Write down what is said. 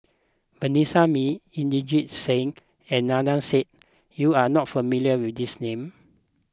Vanessa Mae Inderjit Singh and Adnan you are not familiar with these names